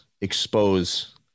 expose